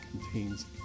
contains